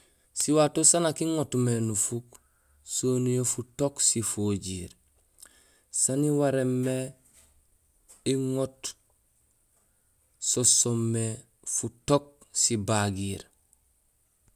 Siwato sa nak iŋotmé nufuuk soniyee futook sifojiir. Saan iwarénmé iŋoot so soomé futook sibagiir.